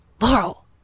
Laurel